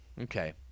Okay